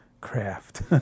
craft